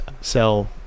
sell